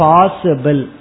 Possible